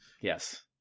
Yes